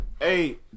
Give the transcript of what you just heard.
Hey